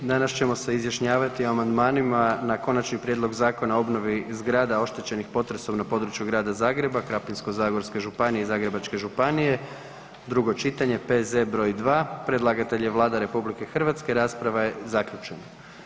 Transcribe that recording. Danas ćemo se izjašnjavati o amandmanima na Konačni prijedlog Zakona o obnovi zgrada oštećenih potresom na području Grada Zagreba, Krapinsko-zagorske županije i Zagrebačke županije, drugo čitanje, P.Z. br. 2. Predlagatelj je Vlada RH, rasprava je zaključena.